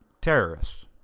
terrorists